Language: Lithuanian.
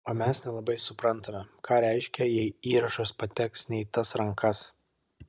o mes nelabai suprantame ką reiškia jei įrašas pateks ne į tas rankas